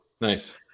nice